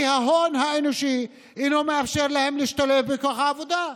כי ההון האנושי אינו מאפשר להם להשתלב בכוח העבודה,